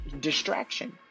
distraction